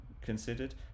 considered